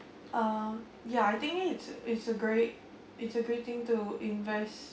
um yeah I think it's it's a great it's a great thing to invest